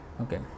okay